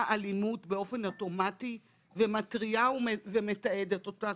אלימות באופן אוטומטי ומתריעה ומתעדת אותה.